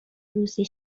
روزی